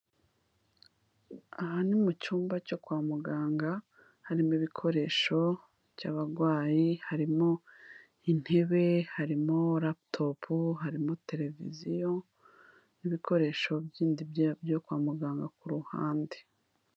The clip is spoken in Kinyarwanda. Aha ni mu cyumba cyo kwa muganga, harimo ibikoresho by'abarwayi, harimo intebe, harimo laptop, harimo televiziyo n'ibikoresho bindi byo kwa muganga kuruhande.